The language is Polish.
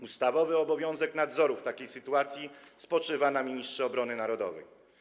Ustawowy obowiązek nadzoru w takiej sytuacji spoczywa na ministrze obrony narodowej.